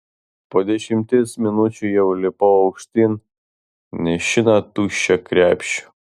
po dešimties minučių jau lipau aukštyn nešina tuščiu krepšiu